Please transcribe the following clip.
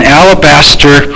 alabaster